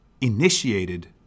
initiated